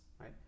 right